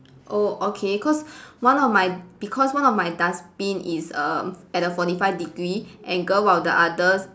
oh okay cause one of my because one of my dustbin is err at a forty five degree angle while the other